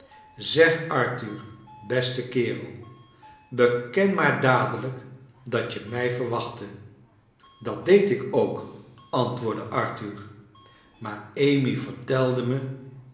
zeg arthur beste kerel beken maar dadelijk dat je mij verwachtte dat deed ik ook antwoordde arthur maar amy vertelde me